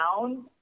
down